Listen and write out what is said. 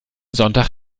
sonntag